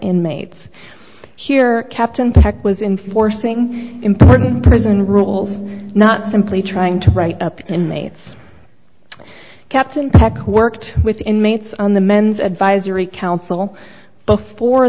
inmates here captain tech was in forcing important prison rules and not simply trying to write up inmates captain peck worked with inmates on the men's advisory council before